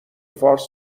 فارس